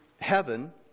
heaven